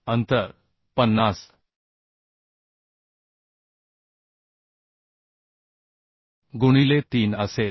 अंतर 50 गुणिले 3 असेल